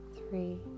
three